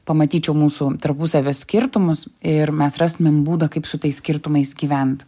pamatyčiau mūsų tarpusavio skirtumus ir mes rastumėm būdą kaip su tais skirtumais gyvent